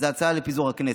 ההצעה לפיזור הכנסת.